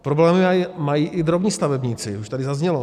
Problémy mají i drobní stavebníci, už to tady zaznělo.